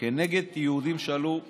כנגד יהודים שעלו לארץ,